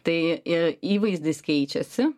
tai ir įvaizdis keičiasi